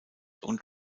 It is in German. und